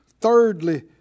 thirdly